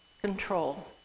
control